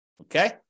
Okay